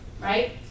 right